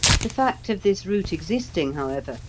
the fact of this route existing, however,